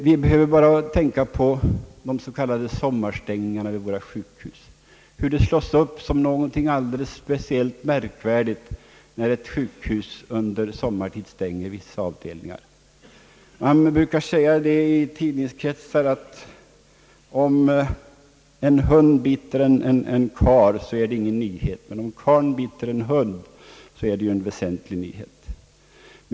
Vi behöver bara tänka på de s.k. sommarstängningarna, hur det slås upp som någonting alldeles märkvärdigt när ett sjukhus stänger vissa avdelningar på sommaren. Tidningsmän brukar säga att om en hund biter en karl så är det ingen nyhet, men om karlen biter en hund så är det en verklig nyhet.